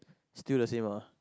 still the same ah